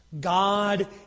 God